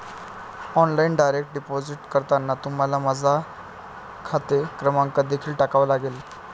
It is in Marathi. ऑनलाइन डायरेक्ट डिपॉझिट करताना तुम्हाला माझा खाते क्रमांक देखील टाकावा लागेल